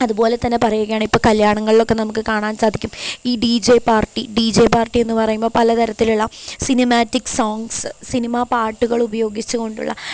അതുപോലെതന്നെ പറയുകയാണെങ്കിൽ ഇപ്പോള് കല്യാണങ്ങളിലൊക്കെ നമുക്ക് കാണാൻ സാധിക്കും ഈ D J party D J പാർട്ടിയെന്ന് പറയുമ്പോള് പല തരത്തിലുള്ള സിനിമാറ്റിക് സോങ്സ് സിനിമാ പാട്ടുകൾ ഉപയോഗിച്ചുകൊണ്ടുള്ള